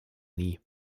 nie